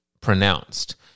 pronounced